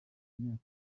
imyaka